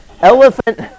Elephant